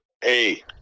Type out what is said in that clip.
Hey